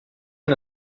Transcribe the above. une